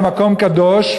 על מקום קדוש,